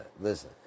listen